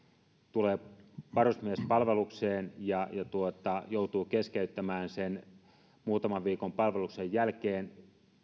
tulee varusmiespalvelukseen ja joutuu keskeyttämään sen muutaman viikon palveluksen jälkeen